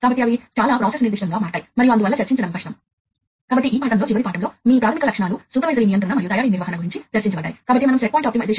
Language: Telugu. కాబట్టి ఇది ఒక నియంత్రణ పరికరం ఈ రిమోట్ I o కి ఒక జత వైర్లతో అనుసంధానించబడి ఉంది ఇది వాల్వ్ పొజిషనర్ అని అనుకుందాం ఇది కనెక్ట్ అయిన పొజిషనర్